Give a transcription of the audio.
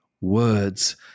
Words